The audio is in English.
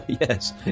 Yes